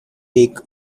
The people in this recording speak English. egg